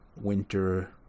winter